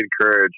encourage